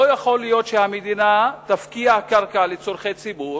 לא יכול להיות שהמדינה תפקיע קרקע לצורכי ציבור,